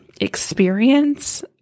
experience